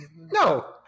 No